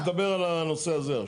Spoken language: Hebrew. לא, לא, אני מדבר על הנושא הזה.